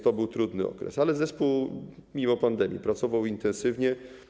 To był trudny okres, ale zespół mimo pandemii pracował intensywnie.